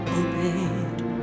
obeyed